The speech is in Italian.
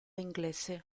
inglese